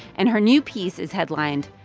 and her new piece is headlined,